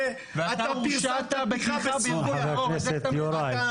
ב-30 במרץ 2018 אתה פרסמת תמיכה --- חבר הכנסת יוראי,